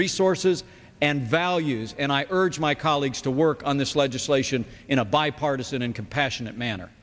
resources and values and i urge my colleagues to work on this legislation in a bipartisan and compassionate manner